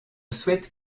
souhaite